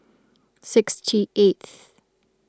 sixty eighth